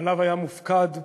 שעליו היה מופקד חברנו,